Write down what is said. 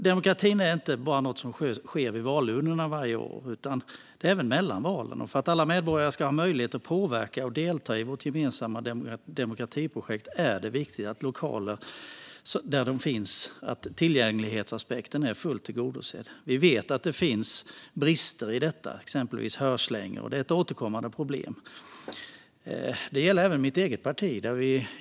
Demokratin är inte bara något som sker vid valurnorna vart fjärde år utan även mellan valen, och för att alla medborgare ska ha möjlighet att påverka och delta i vårt gemensamma demokratiprojekt är det viktigt att tillgänglighetsaspekten för lokaler är fullt tillgodosedd. Vi vet att det finns brister, exempelvis när det gäller hörslingor. Det är ett återkommande problem. Det gäller även mitt eget parti.